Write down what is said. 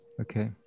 okay